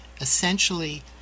essentially